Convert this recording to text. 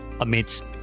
amidst